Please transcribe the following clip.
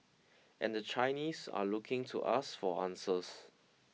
and the Chinese are looking to us for answers